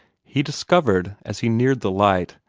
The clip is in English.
he discovered, as he neared the light,